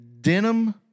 denim